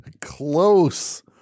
close